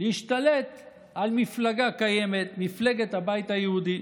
להשתלט על מפלגה קיימת, מפלגת הבית היהודי.